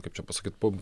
kaip čia pasakyt po